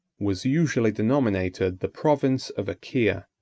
was usually denominated the province of achaia.